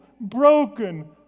broken